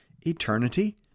eternity